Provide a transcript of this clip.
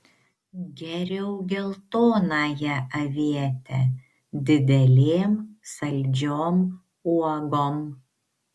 geriau geltonąją avietę didelėm saldžiom uogom